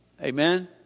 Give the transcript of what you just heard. Amen